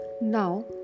Now